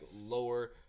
lower